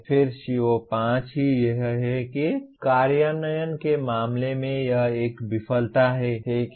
फिर CO5 ही यह है कि कार्यान्वयन के मामले में यह एक विफलता है ठीक है